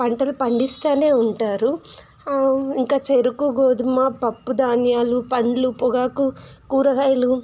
పంటలు పండిస్తు ఉంటారు ఇంకా చెరుకు గోధుమ పప్పుధాన్యాలు పళ్ళు పొగాకు కూరగాయలు